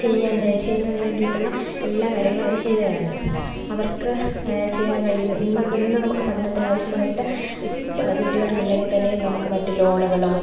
ചെയ്യുന്നതിന് വേണ്ടിയിട്ടുള്ള എല്ലാ കാര്യങ്ങളും അവർ ചെയ്തു തരാറുണ്ട് അവർക്ക് ചെയ്യാൻ കഴിയുന്ന ഇന്നും ഇന്നു നമുക്ക് പഠനത്തിന് ആവശ്യമായിട്ട് വീട്ടുകാർക്ക് ഇല്ലെങ്കിൽ തന്നെ നമുക്ക് മറ്റു ലോണുകളോ